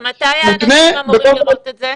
מתי האנשים אמורים לראות את זה?